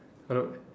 hello